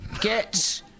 Get